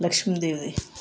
లక్ష్మిదేవిది